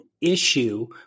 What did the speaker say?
issue